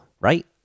right